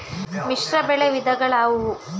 ಮಿಶ್ರಬೆಳೆ ವಿಧಗಳಾವುವು?